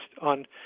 on